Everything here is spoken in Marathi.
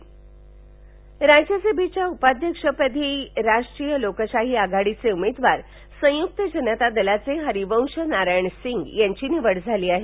राज्यसभा निवडणूक राज्यसभेच्वा उपाध्यक्षषदी राष्ट्रीय लोकशाही आघाडीचे उमेदवार संयुक्त जनता दलाचे हरिबंश नारायण सिंग यांची निवड झाली आहे